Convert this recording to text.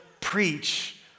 preach